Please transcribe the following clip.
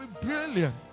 brilliant